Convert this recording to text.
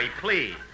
please